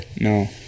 No